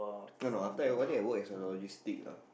no no after one day I work as a logistic